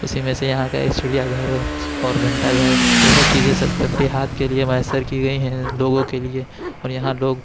اسی میں سے یہاں کا ایک چڑیا گھر ہے اور گھنٹہ گھر یہ سب چیزیں تفریحات کے لیے میسر کی گئی ہیں لوگوں کے لیے اور یہاں لوگ